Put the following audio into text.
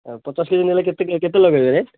ହଉ ପଚାଶ K G ନେଲେ କେତେ ଲଗାଇବେ ରେଟ୍